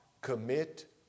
commit